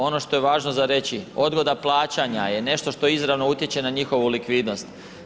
Ono što je važno za reći, odgoda plaćanja je nešto što izravno utječe na njihovu likvidnost.